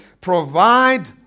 provide